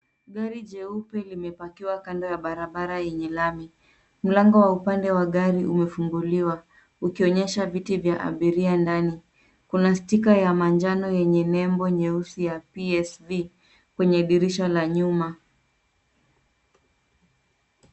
Gari jeupe limepakiwa kando ya barabara yenye lami. Mlango wa upande wa gari umefunguliwa ukionyesha viti vya abiria ndani . Kuna stika ya manjano yenye nembo nyeusi ya PSV kwenye dirisha la nyuma.